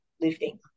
lifting